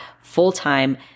full-time